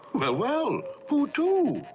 well well, pooh too!